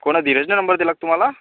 कोण धीरजनं नंबर दिला का तुम्हाला